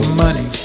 money